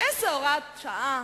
איזו הוראת שעה?